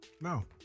No